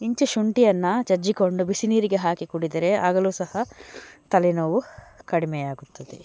ಇಂಚು ಶುಂಠಿಯನ್ನ ಜಜ್ಜಿಕೊಂಡು ಬಿಸಿ ನೀರಿಗೆ ಹಾಕಿ ಕುಡಿದರೆ ಆಗಲು ಸಹ ತಲೆನೋವು ಕಡಿಮೆಯಾಗುತ್ತದೆ